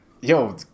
yo